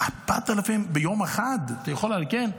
4,000 ביום אחד אתה יכול לארגן?